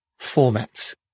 formats